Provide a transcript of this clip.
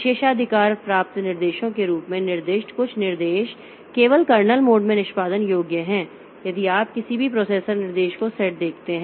विशेषाधिकार प्राप्त निर्देशों के रूप में निर्दिष्ट कुछ निर्देश केवल कर्नेल मोड में निष्पादन योग्य हैं यदि आप किसी भी प्रोसेसर निर्देश सेट को देखते हैं